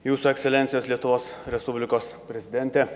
jūsų ekscelencijos lietuvos respublikos prezidentė